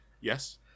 Yes